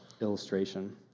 illustration